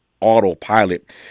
autopilot